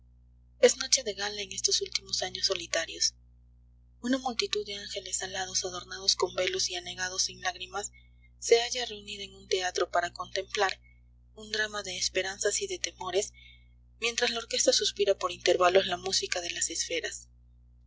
es noche de gala en estos últimos años solitarios una multitud de ángeles alados adornados con velos y anegados en lágrimas se halla reunida en un teatro para contemplar un drama de esperanzas y de temores mientras la orquesta suspira por intervalos la música de las esferas